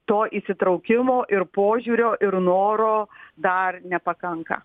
to įsitraukimo ir požiūrio ir noro dar nepakanka